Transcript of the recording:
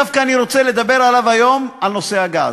דווקא אני רוצה לדבר עליו היום בנושא הגז.